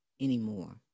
anymore